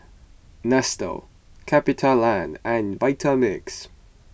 Nestle CapitaLand and Vitamix